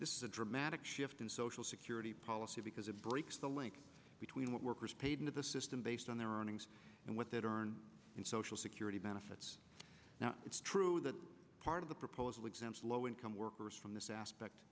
this is a dramatic shift in social security policy because it breaks the link between what workers paid into the system based on their earnings and what they earned in social security benefits now it's true that part of the proposal exempt low income workers from this aspect